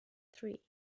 three